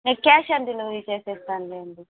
నేను cash on delivery చేసేస్తానులేండి